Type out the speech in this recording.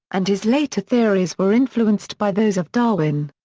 and his later theories were influenced by those of darwin.